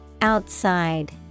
Outside